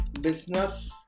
business